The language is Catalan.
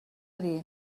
dir